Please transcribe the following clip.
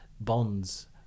bonds